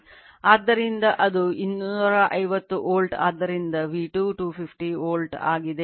ಆದ್ದರಿಂದ ಇದು 250 ವೋಲ್ಟ್ ಆದ್ದರಿಂದ V 2 250 ವೋಲ್ಟ್ ಆಗಿದೆ